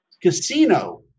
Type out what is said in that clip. casino